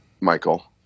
Michael